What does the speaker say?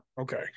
Okay